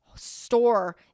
store